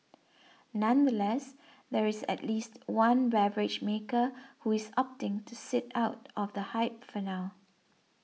nonetheless there is at least one beverage maker who is opting to sit out of the hype for now